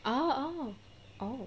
oh oh oh